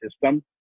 system